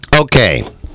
Okay